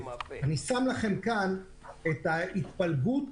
אני שם לכם כאן את ההתפלגות